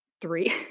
three